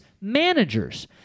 managers